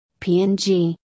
PNG